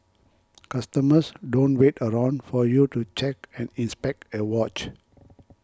customers don't wait around for you to check and inspect a watch